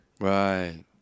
Right